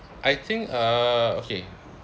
I think uh okay